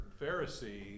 Pharisee